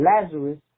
Lazarus